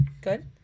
Good